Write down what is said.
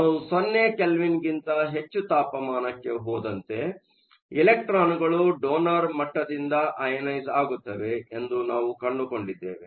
ನಾವು 0 ಕೆಲ್ವಿನ್ಗಿಂತ ಹೆಚ್ಚು ತಾಪಮಾನಕ್ಕೆ ಹೋದಂತೆ ಎಲೆಕ್ಟ್ರಾನ್ಗಳು ಡೊನರ್ಗಳ ಮಟ್ಟದಿಂದ ಅಯನೈಸ಼್ ಆಗುತ್ತವೆ ಎಂದು ನಾವು ಕಂಡುಕೊಂಡಿದ್ದೇವೆ